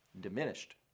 diminished